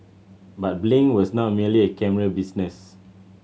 but Blink was not merely a camera business